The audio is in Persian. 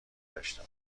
داشته